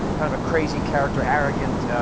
kind of a crazy character, arrogant,